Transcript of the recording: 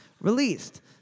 released